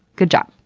good job.